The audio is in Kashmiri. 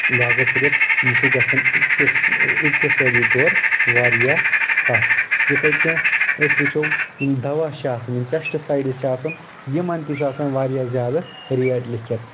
لہٰزا کٔرتھ یہِ چھُ گژھان اختص اختصٲدی طور واریاہ پتھ یِتھٕے کٔنۍ أسۍ وٕچھو یِم دوا چھِ آسان یِم پٮ۪شٹٕسایڈٕس چھِ آسان یِمن تہِ چھ آسان واریاہ زیادٕ ریٹ لیٚکھِتھ